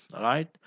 right